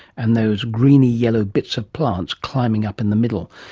and those greeny-yellow bits of plants climbing up in the middle.